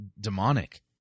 demonic